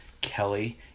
Kelly